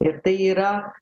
ir tai yra